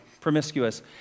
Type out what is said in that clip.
promiscuous